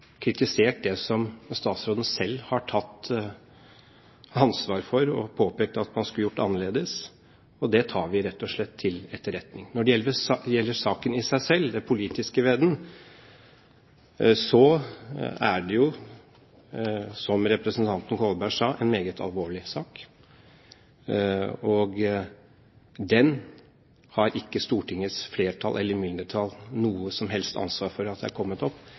kritisert det som statsråden selv har tatt ansvar for og påpekt at man skulle gjort annerledes. Det tar vi rett og slett til etterretning. Når det gjelder saken i seg selv, det politiske ved den, er det jo som representanten Kolberg sa, en meget alvorlig sak, og den har ikke Stortingets flertall eller mindretall noe som helst ansvar for har kommet opp. Det er